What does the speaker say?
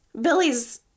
Billy's